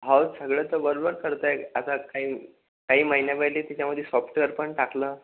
हो सगळं तर बरोबर करत आहे आता काही काही महिन्या पहिले त्याच्यामध्ये सॉफ्टवेअर पण टाकलं